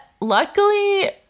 luckily